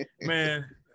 man